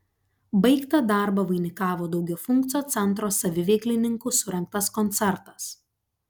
baigtą darbą vainikavo daugiafunkcio centro saviveiklininkų surengtas koncertas